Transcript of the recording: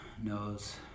knows